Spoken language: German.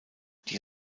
die